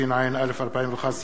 התשע"א 2011,